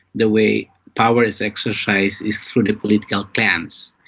the way power is exercised is through the political clans.